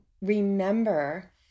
remember